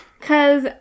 Cause